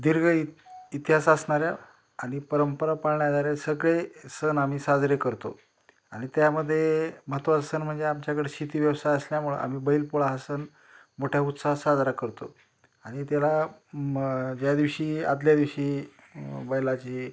दीर्घ इत इतिहास असणाऱ्या आणि परंपरा पाळणाऱ्या सगळे सण आम्ही साजरे करतो आणि त्यामध्ये महत्त्वाचं सन म्हणजे आमच्याकडे शेतीव्यवसाय असल्यामुळं आम्ही बैलपोळा हा सण मोठ्या उत्साहात साजरा करतो आणि त्याला मग ज्या दिवशी आधल्या दिवशी बैलाची